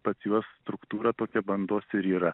pas juos struktūra tokia bandos ir yra